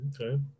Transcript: okay